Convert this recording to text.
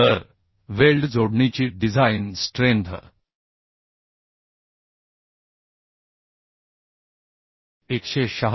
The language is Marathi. तर वेल्ड जोडणीची डिझाइन स्ट्रेंथ 196